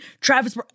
Travis